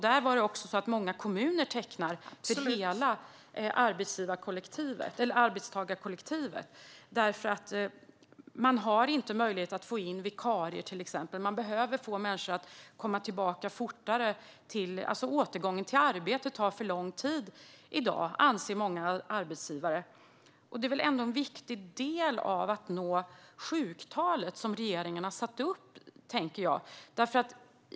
Där kom det också fram att många kommuner tecknar sådana försäkringar för hela arbetstagarkollektivet, till exempel därför att man inte har möjlighet att få in vikarier. Man behöver få människor att komma tillbaka fortare. Återgången till arbetet tar för lång tid i dag, anser många arbetsgivare. Detta måste väl ändå vara ett viktigt bidrag till att nå det sjuktal som regeringen har satt upp.